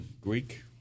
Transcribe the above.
Greek